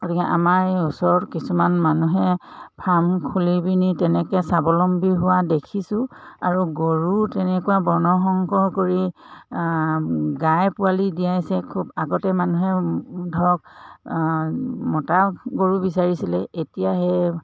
গতিকে আমাৰ এই ওচৰত কিছুমান মানুহে ফাৰ্ম খুলিপিনি তেনেকৈ স্বাৱলম্বী হোৱা দেখিছোঁ আৰু গৰু তেনেকুৱা বৰ্ণসংকৰ কৰি গাই পোৱালি দিয়াইছে খুব আগতে মানুহে ধৰক মতা গৰু বিচাৰিছিলে এতিয়া সেই